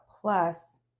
Plus